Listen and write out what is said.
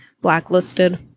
blacklisted